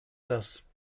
das